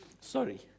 Sorry